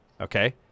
okay